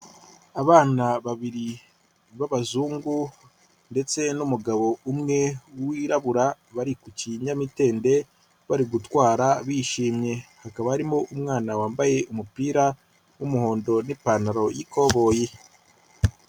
Abana babiri b'abazungu ndetse n'umugabo umwe wirabura bari ku kinyamitende, bari gutwara bishimye. Hakaba harimo umwana wambaye umupira w'umuhondo n'ipantaro y'ikoboyi.